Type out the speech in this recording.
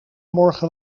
morgen